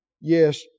Yes